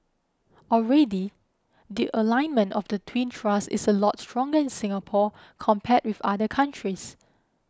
already the alignment of the twin thrusts is a lot stronger in Singapore compared with other countries